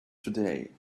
today